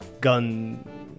gun